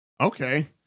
Okay